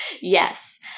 Yes